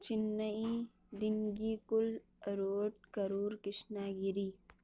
چینائی دنگی کل اروٹ کرور کرشنا گیری